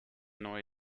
neue